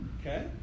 Okay